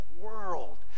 world